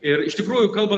ir iš tikrųjų kalbant